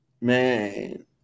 Man